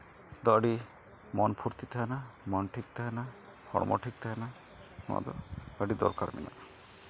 ᱫᱚ ᱟᱹᱰᱤ ᱢᱚᱱ ᱯᱷᱩᱨᱛᱤ ᱛᱟᱦᱮᱱᱟ ᱢᱚᱱ ᱴᱷᱤᱠ ᱛᱟᱦᱮᱱᱟ ᱦᱚᱲᱢᱚ ᱴᱷᱤᱠ ᱛᱟᱦᱮᱱᱟ ᱱᱚᱣᱟᱫᱚ ᱟᱹᱰᱤ ᱫᱚᱨᱠᱟᱨ ᱢᱮᱱᱟᱜᱼᱟ